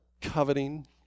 coveting